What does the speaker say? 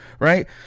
right